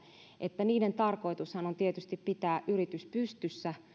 että sen tarkoitushan on tietysti pitää yritys pystyssä